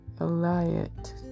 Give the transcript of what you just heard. Eliot